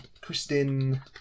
Kristen